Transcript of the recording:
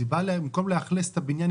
במקום לאכלס את הבניין,